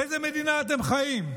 באיזה מדינה אתם חיים?